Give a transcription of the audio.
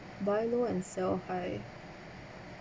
buy low and sell high